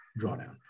drawdown